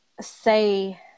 say